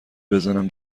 بزنم